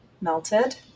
melted